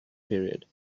period